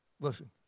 listen